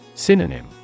Synonym